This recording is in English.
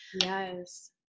Yes